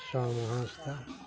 ᱥᱚᱢ ᱦᱟᱸᱥᱫᱟ